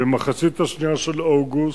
במחצית השנייה של אוגוסט,